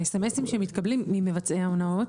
ה-S.M.S-ים שמתקבלים ממבצעי ההונאות,